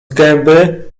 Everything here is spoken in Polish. gęby